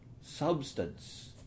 substance